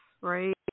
right